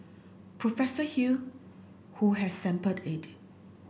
Professor Hew who has sampled it